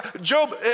Job